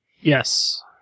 Yes